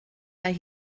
that